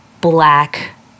black